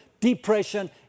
depression